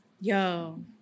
yo